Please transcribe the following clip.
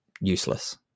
useless